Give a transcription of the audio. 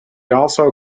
also